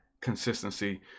consistency